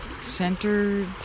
centered